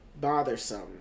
bothersome